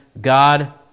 God